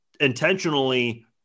intentionally